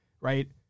right